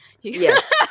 yes